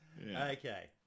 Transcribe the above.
Okay